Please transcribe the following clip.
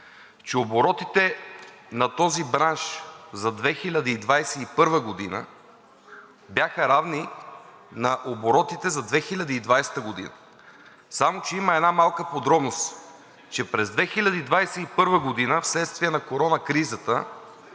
че оборотите на този бранш за 2021 г. бяха равни на оборотите за 2020 г. Само че има една малка подробност, че през 2021 г. вследствие на корона кризата